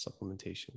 supplementation